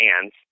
hands